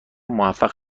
موفق